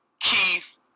keith